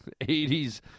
80s